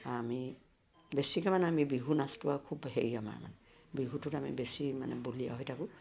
আমি বেছিকে মানে আমি বিহু নাচটো আৰু খুব হেৰি আমাৰ মানে বিহুটোত আমি বেছি মানে বলিয়া হৈ থাকোঁ